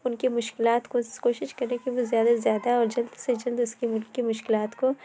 اُن کی مشکلات کو کوشش کرے کہ وہ زیادہ سے زیادہ اور جلد سے جلد اُس کی مشکلات کو